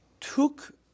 took